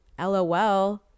LOL